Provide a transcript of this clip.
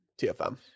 TFM